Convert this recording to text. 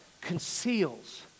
conceals